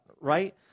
Right